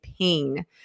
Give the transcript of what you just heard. pain